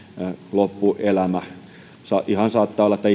loppuelämä saattaa olla että